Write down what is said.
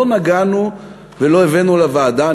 שלא נגענו ולא הבאנו לוועדה,